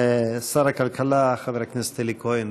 שר הכלכלה חבר הכנסת אלי כהן.